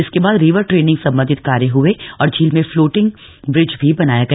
इसके बाद river training संबंधित कार्य हुए और झील में फ्लोटिग ब्रिज भी बनाया गया